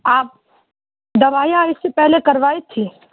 آپ دوائی اس سے پہلے کروائی تھیں